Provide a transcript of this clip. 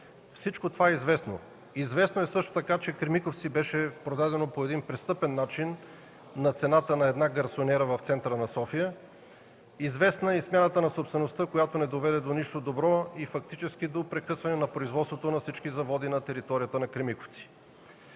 Всичко това е известно. Известно е също така, че „Кремиковци” беше продадено по един престъпен начин на цената на една гарсониера в центъра на София. Известна е и смяната на собствеността, която не доведе до нищо добро и фактически до прекъсване на производството на всички заводи на територията на „Кремиковци”.